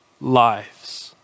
lives